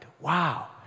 wow